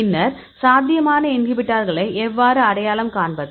பின்னர் சாத்தியமான இன்ஹிபிட்டார்களை எவ்வாறு அடையாளம் காண்பது